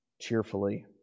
cheerfully